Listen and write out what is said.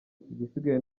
igisigaye